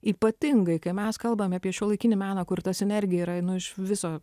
ypatingai kai mes kalbam apie šiuolaikinį meną kur ta sinergija yra ni iš viso